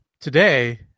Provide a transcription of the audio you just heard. Today